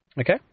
okay